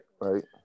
right